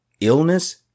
illness